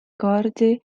kaardi